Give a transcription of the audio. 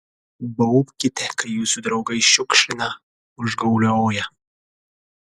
baubkite kai jūsų draugai šiukšlina užgaulioja